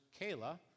Kayla